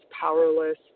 powerless